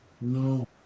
No